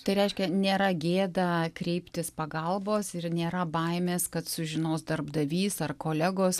tai reiškia nėra gėda kreiptis pagalbos ir nėra baimės kad sužinos darbdavys ar kolegos